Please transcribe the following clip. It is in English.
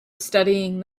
studying